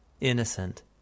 innocent